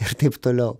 ir taip toliau